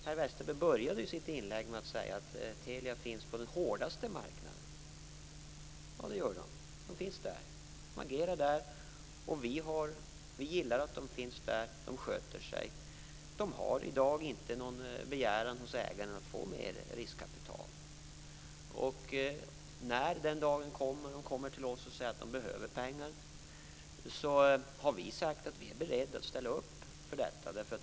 Per Westerberg inledde sitt inlägg med att säga att Telia finns på den hårdaste marknaden. Ja, det gör Telia. Det finns där och agerar där. Vi gillar att företaget finns där och sköter sig. Det har i dag inte lagt fram någon begäran hos ägaren att få mer riskkapital. När den dagen kommer och företaget kommer till oss och säger att man behöver pengar, har vi sagt att vi är beredda att ställa upp.